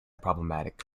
problematic